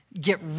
Get